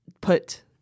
put